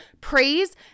praise